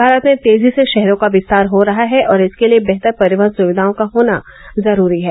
भारत में तेजी से शहरों का विस्तार हो रहा है और इसके लिए बेहतर परिवहन सुविधाओं का होना जरूरी है